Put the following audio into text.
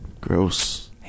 Gross